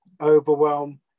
overwhelm